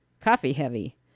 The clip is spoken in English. coffee-heavy